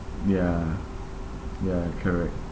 ya ya correct